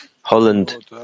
Holland